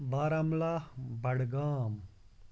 Baramulla Budgam